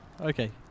Okay